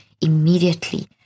immediately